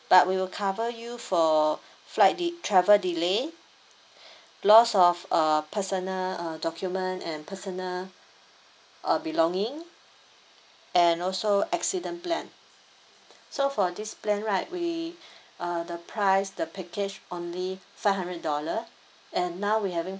but we'll cover you for flight de~ travel delay loss of uh personal uh document and personal uh belonging and also accident plan so for this plan right we uh the price the package only five hundred dollar and now we having